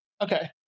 okay